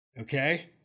Okay